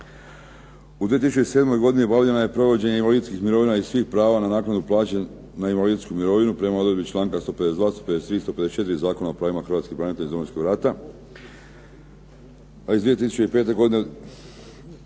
U 2007. godini obavljeno je provođenje invalidskih mirovina i svih prava na invalidsku mirovinu prema odredbi članka 152., 153., 154. Zakona o pravima hrvatskih branitelja iz Domovinskog rata.